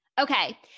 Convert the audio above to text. Okay